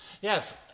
Yes